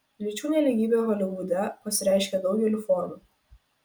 lyčių nelygybė holivude pasireiškia daugeliu formų